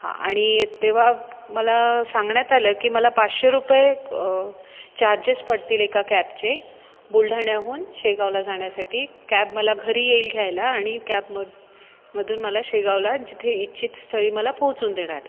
हा आणि तेव्हा मला सांगण्यात आलं की मला पाचशे रुपये चार्जेस पडतील एका कॅबचे बुलढाण्याहून शेगावला जाण्यासाठी कॅब मला घरी येईल घ्यायला आणि कॅब मध मधून मला शेगावला जिथे इच्छित स्थळी मला पोहोचवून देणार